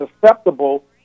susceptible